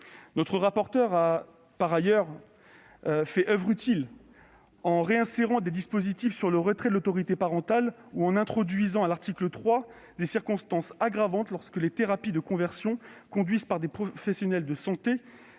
Notre rapporteure a par ailleurs fait oeuvre utile en réinsérant des dispositifs sur le retrait de l'autorité parentale ou en introduisant à l'article 3 des circonstances aggravantes lorsque les thérapies de conversion sont conduites par des professionnels de santé